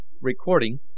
Recording